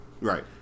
right